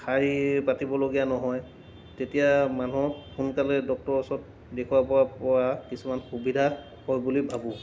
শাৰী পাতিবলগীয়া নহয় তেতিয়া মানুহক সোনকালে ডক্তৰৰ ওচৰত দেখুৱাব পৰা কিছুমান সুবিধা হয় বুলি ভাবোঁ